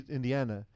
Indiana